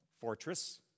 fortress